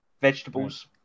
vegetables